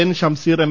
N Shamseer M